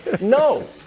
no